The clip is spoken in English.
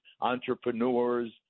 entrepreneurs